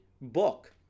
book